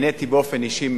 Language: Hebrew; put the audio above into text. באופן אישי,